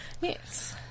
Yes